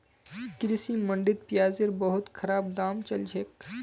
कृषि मंडीत प्याजेर बहुत खराब दाम चल छेक